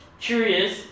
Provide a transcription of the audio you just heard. curious